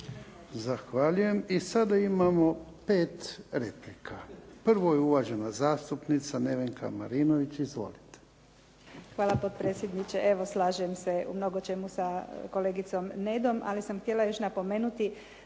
Zahvaljujem. I sada imamo pet replika. Prvo je uvažena zastupnica Nevenka Marinović. Izvolite. **Marinović, Nevenka (HDZ)** Hvala potpredsjedniče. Evo slažem se u mnogočemu sa kolegicom Nedom ali sam htjela još napomenuti